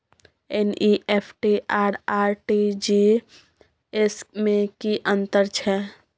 NEFT आ RTGS में की अन्तर छै?